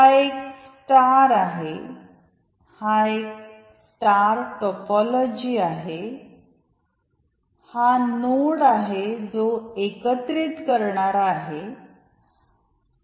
हा एक स्टार आहे हा एक स्टार टोपोलॉजी आहे हा नोड आहे जो एकत्रित करणारा आहे